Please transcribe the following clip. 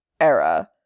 era